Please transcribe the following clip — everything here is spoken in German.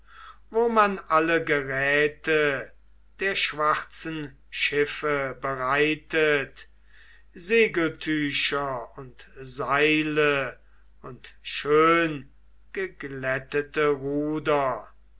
wo man alle geräte der schwarzen schiffe bereitet segeltücher und seile und schöngeglättete ruder